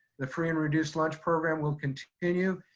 the free and reduced lunch program will continue,